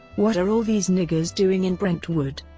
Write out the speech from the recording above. what are all these niggas doing in brentwood?